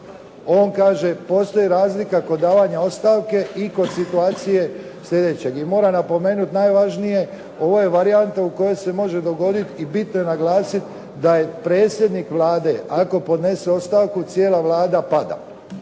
On kaže postoji razlika kod davanja ostavke i kod situacije slijedeće. I moram napomenuti najvažnije, ovo je varijanta u kojoj se može dogoditi i bitno je naglasiti da je predsjednik Vlade ako podnese ostavku cijela Vlada pada.